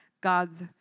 God's